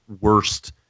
worst